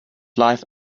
life